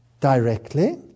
directly